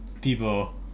people